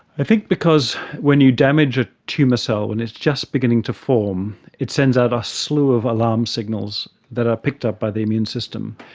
i think because when you damage a tumour cell when it's just beginning to form, it sends out a slew of alarm signals that are picked up by the immune system.